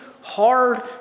hard